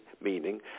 meaning